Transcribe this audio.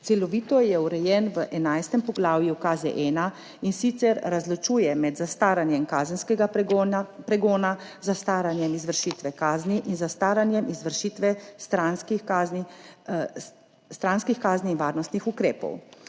Celovito je urejen v 11. poglavju KZ-1, in sicer razločuje med zastaranjem kazenskega pregona, zastaranjem izvršitve kazni in zastaranjem izvršitve stranskih kazni in varnostnih ukrepov.